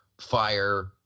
fire